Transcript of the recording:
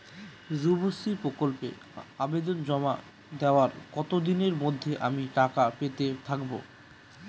যুবশ্রী প্রকল্পে আবেদন জমা দেওয়ার কতদিনের মধ্যে আমি টাকা পেতে থাকব?